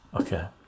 okay